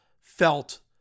felt